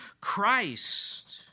Christ